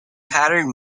pattern